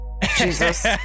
Jesus